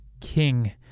King